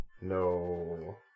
No